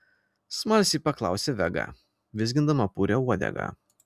smalsiai paklausė vega vizgindama purią uodegą